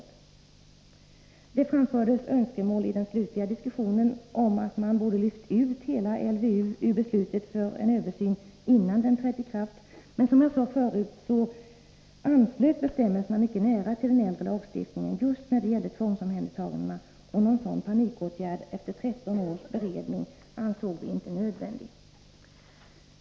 I den slutliga diskussionen framfördes det önskemål om att man skulle lyfta ut hela LVU ur beslutet för en översyn innan lagen trätt i kraft. Men som jag sade förut anslöt bestämmelserna just när det gällde tvångsomhändertagandena mycket nära till den äldre lagstiftningen, och någon sådan panikåtgärd efter 13 års beredning ansåg vi inte nödvändig.